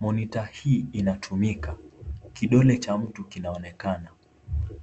Monitor hii inatumika , kidole cha mtu kinaonekana